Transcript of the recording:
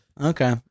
Okay